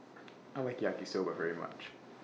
I like Yaki Soba very much